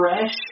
fresh